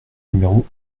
numéro